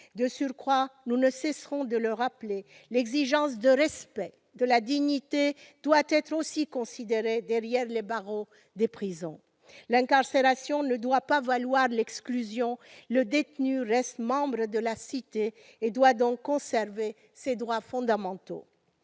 De surcroît, nous ne cesserons de le rappeler, l'exigence de respect de la dignité doit être aussi considérée derrière les barreaux des prisons. L'incarcération ne doit pas valoir exclusion ; le détenu reste membre de la cité et doit donc conserver ses droits fondamentaux.